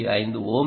5 ohms